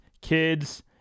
kids